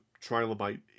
trilobite